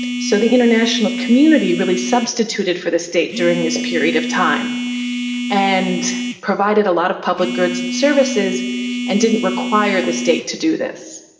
so the international community really substituted for the state during this period of time and provided a lot of public goods and services and didn't require the state to do this.